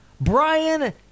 brian